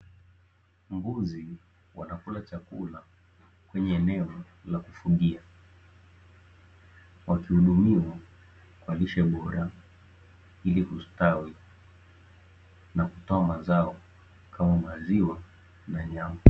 Mbuzi wanakula chakula kwenye eneo la kufugia, wakihudumiwa kwa lishe bora ilikustawi na kutoa mazao kama maziwa na nyama.